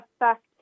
affect